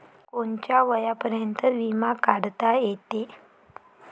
कोनच्या वयापर्यंत बिमा काढता येते?